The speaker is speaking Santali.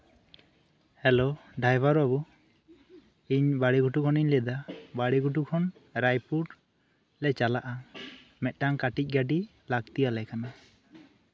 ᱦᱮᱞᱳ ᱰᱟᱭᱵᱟᱨ ᱵᱟ ᱵᱩ ᱤ ᱵᱟᱲᱮᱜᱷᱩᱴᱩ ᱠᱷᱚᱱ ᱨᱟᱭᱯᱩᱨ ᱞᱮ ᱪᱟᱞᱟᱜᱼᱟ ᱢᱤᱫᱴᱟᱝ ᱠᱟ ᱴᱤᱡ ᱜᱟ ᱰᱤ ᱞᱟ ᱠᱛᱤᱭᱟᱞᱮ ᱠᱟᱱᱟ